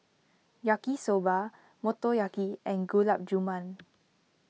Yaki Soba Motoyaki and Gulab Jamun